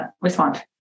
respond